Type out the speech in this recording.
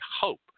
hope